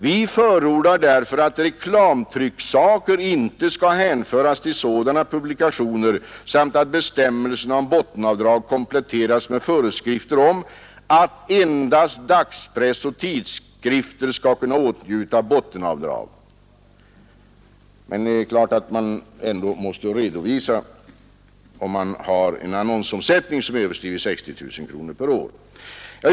Vi förordar därför att reklamtrycksaker inte skall hänföras till sådana publikationer samt att bestämmelserna om bottenavdrag kompletteras med föreskrifter om att endast dagspress och tidskrifter skall kunna åtnjuta bottenavdrag. Dock måste redovisning ske för alla publikationer som har en annonsomsättning som överstiger 60 000 kronor per år.